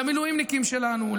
למילואימניקים שלנו,